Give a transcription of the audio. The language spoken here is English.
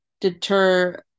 deter